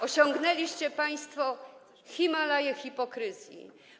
Osiągnęliście państwo Himalaje hipokryzji.